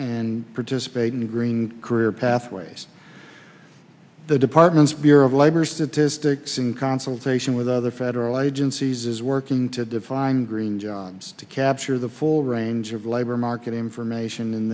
and participate in green career pathways the department's bureau of labor statistics in consultation with other federal agencies is working to define green jobs to capture the full range of labor market information in